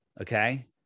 Okay